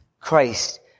Christ